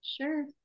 Sure